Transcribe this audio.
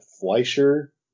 Fleischer